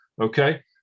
Okay